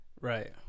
Right